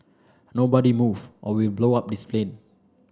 nobody move or we blow up this plane